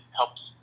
helps